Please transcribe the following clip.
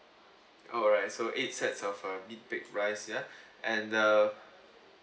alright so eight sets of a meat baked rice ya and the